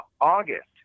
August